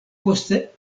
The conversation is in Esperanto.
poste